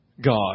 God